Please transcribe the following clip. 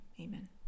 Amen